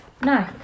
No